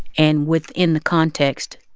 and within the context,